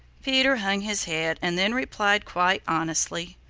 peter hung his head and then replied quite honestly,